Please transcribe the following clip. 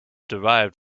derived